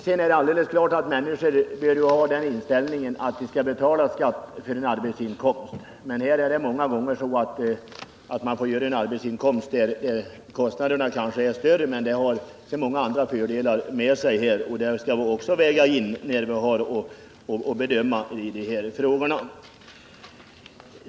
Sedan är det alldeles klart att människor bör ha den inställningen att vi skall betala skatt för en arbetsinkomst. Här är det emellertid många gänger så, när man får en mindre arbetsinkomst, att kostnaderna är större men att verksamheten medför så många andra fördelar. Det skall vi också väga in när vi har att bedöma dessa frågor.